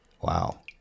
Wow